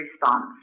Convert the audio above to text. response